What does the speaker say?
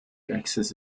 access